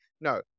No